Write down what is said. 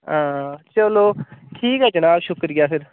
हां चलो ठीक एह् जनाब शुक्रिया फिर